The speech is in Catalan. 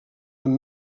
amb